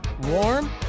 warm